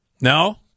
No